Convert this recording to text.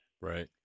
Right